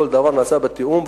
כל דבר נעשה בתיאום,